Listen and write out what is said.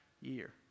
year